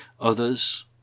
Others